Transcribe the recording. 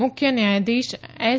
મુખ્ય ન્યાયાધીશ એસ